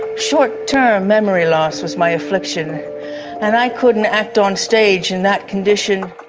short term memory loss was my affliction and i couldn't act on stage in that condition.